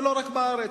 ולא רק בארץ,